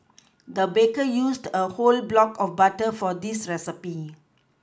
the baker used a whole block of butter for this recipe